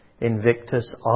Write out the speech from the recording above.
Invictus